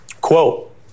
Quote